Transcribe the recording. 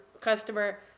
customer